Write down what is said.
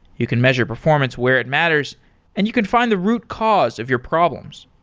you can measure performance where it matters and you can find the root cause of your problems.